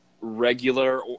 regular